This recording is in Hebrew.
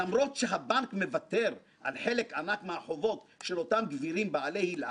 למרות שהבנק "מוותר" על חלק ענק מהחובות של אותם גבירים "בעלי הילה"